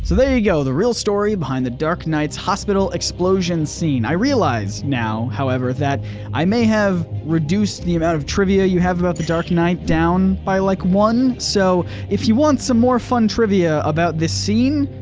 you go, the real story behind the dark knight's hospital explosion scene. i realize now, however, that i may have reduced the amount of trivia you have about the dark knight down by like one, so if you want some more fun trivia about this scene,